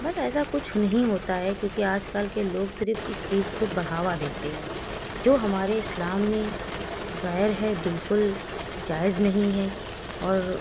but ایسا کچھ نہیں ہوتا ہے کیونکہ آج کل کے لوگ صرف اس چیز کو بڑھاوا دیتے ہیں جو ہمارے اسلام میں غیر ہے بالکل اس جائز نہیں ہے اور